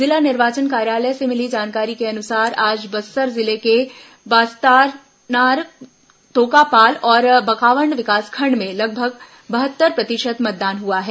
जिला निर्वाचन कार्यालय से मिली जानकारी के अनुसार आज बस्तर जिले के बास्तानार तोकापाल और बकावण्ड विकासखण्ड में लगभग बहत्तर प्रतिशत मतदान हुआ है